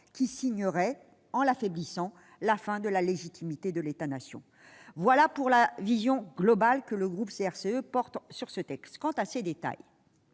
qui signerait, en l'affaiblissant, la fin de la légitimité de l'État-nation. Voilà pour la vision globale que le groupe CRCE porte sur ce texte. J'en viens à ses détails.